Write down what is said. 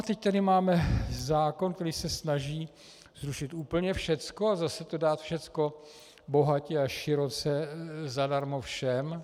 Teď tady máme zákon, který se snaží zrušit úplně všecko a zase to dát všecko bohatě a široce zadarmo všem.